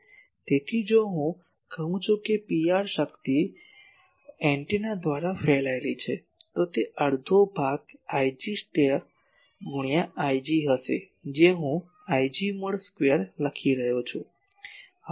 તેથી જો હું કહું છું કે PR શક્તિ એન્ટેના દ્વારા ફેલાયેલી છે તો તે અડધો ભાગ Ig ગુણ્યા Ig હશે જે હું Ig મોડ સ્ક્વેર લખી રહ્યો છું